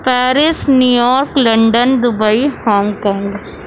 Paris New York London Dubai Hong Kong